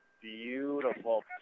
beautiful